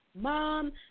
Mom